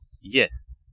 Yes